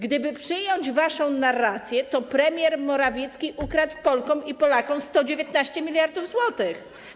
Gdyby przyjąć waszą narrację, to premier Morawiecki ukradł Polkom i Polakom 119 mld zł.